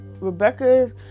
Rebecca